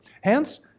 Hence